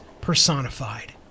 personified